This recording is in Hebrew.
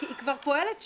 היא כבר פועלת שם,